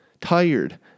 tired